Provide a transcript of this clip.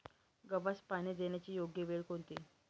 गव्हास पाणी देण्याची योग्य वेळ कोणती?